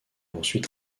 ensuite